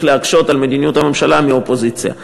להקשות על מדיניות הממשלה מהאופוזיציה.